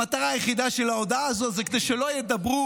המטרה היחידה של ההודעה הזאת היא כדי שלא ידברו